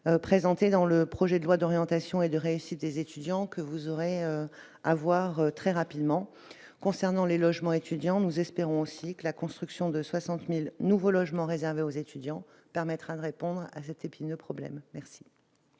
présenté dans le projet de loi d'orientation et de réussite des étudiants que vous aurez à voir très rapidement concernant les logements étudiants, nous espérons aussi que la construction de 60000 nouveaux logements réservés aux étudiants permettra de répondre à cette épineux problème merci.